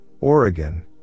Oregon